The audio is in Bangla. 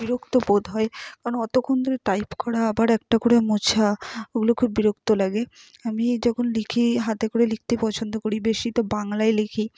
বিরক্ত বোধ হয় কারণ অতখন ধরে টাইপ করা আবার একটা করে মোছা ওগুলো খুব বিরক্ত লাগে আমি যখন লিখি হাতে করে লিখতে পছন্দ করি বেশি তো বাংলায় লিখি